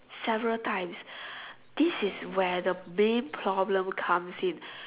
several times this is where the main problem comes in